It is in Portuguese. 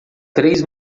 três